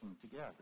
together